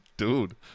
Dude